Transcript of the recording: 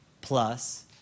plus